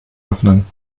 öffnen